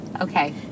okay